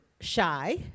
shy